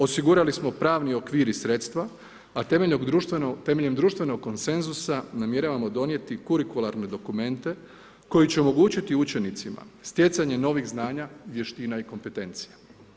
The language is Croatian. Osigurali smo pravni okvir i sredstva, a temeljem društvenog koncensusa namjeravamo donijeti kurikularne dokumente koji će omogućiti učenicima stjecanje novih znanja, vještina i kompetencija.